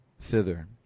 thither